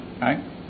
Right